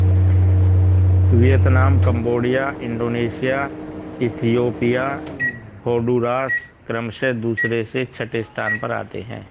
Vietnam Cambodia Indonesia Ethiopia Honduras क्रमशः दूसरे से छठे स्थान पर आते हैं